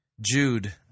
Jude